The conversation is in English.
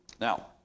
Now